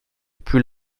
plus